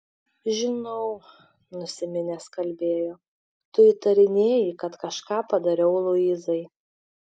žinau nusiminęs kalbėjo tu įtarinėji kad kažką padariau luizai